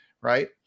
right